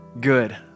good